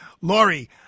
Lori